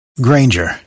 Granger